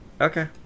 Okay